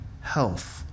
health